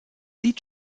sieht